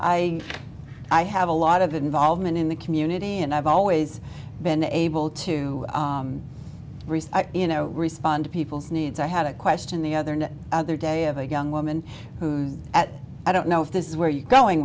i i have a lot of involvement in the community and i've always been able to you know respond to people's needs i had a question the other the other day of a young woman who's at i don't know if this is where you're going